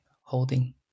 holding